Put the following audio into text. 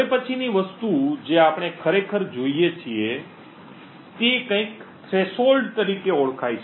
હવે પછીની વસ્તુ જે આપણે ખરેખર જોઈએ છીએ તે કંઈક થ્રેશોલ્ડ તરીકે ઓળખાય છે